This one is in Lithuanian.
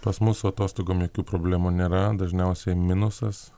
pas mus su atostogom jokų problemų nėra dažniausiai minusas